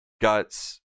guts